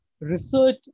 research